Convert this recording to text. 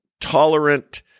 tolerant